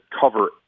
cover